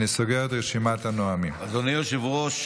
אדוני היושב-ראש,